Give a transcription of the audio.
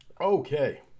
Okay